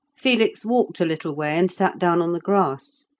felix walked a little way and sat down on the grass.